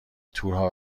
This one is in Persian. تورها